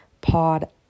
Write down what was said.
Pod